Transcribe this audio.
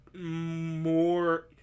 more